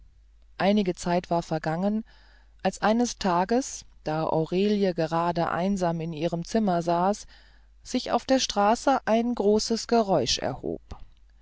einige zeit war vergangen als eines tages da aurelie gerade einsam in ihrem zimmer saß sich auf der straße ein großes geräusch erhob